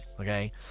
okay